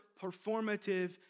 performative